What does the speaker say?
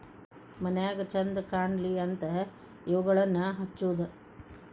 ಮನ್ಯಾಗ ಚಂದ ಕಾನ್ಲಿ ಅಂತಾ ಇವುಗಳನ್ನಾ ಹಚ್ಚುದ